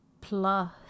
plus